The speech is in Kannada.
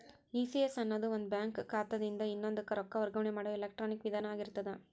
ಇ.ಸಿ.ಎಸ್ ಅನ್ನೊದು ಒಂದ ಬ್ಯಾಂಕ್ ಖಾತಾದಿನ್ದ ಇನ್ನೊಂದಕ್ಕ ರೊಕ್ಕ ವರ್ಗಾವಣೆ ಮಾಡೊ ಎಲೆಕ್ಟ್ರಾನಿಕ್ ವಿಧಾನ ಆಗಿರ್ತದ